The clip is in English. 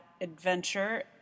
adventure